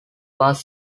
bus